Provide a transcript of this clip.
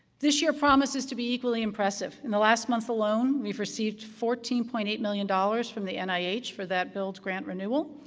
this year promises to be equally impressive. in the last month alone, we've received fourteen point eight million dollars from the and nih for that build grant renewal.